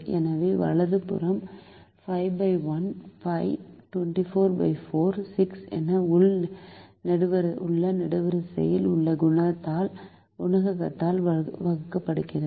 எனவே வலது புறம் 51 5 244 6 என உள்ள நெடுவரிசையில் உள்ள குணகத்தால் வகுக்கப்படுகிறது